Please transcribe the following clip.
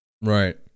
Right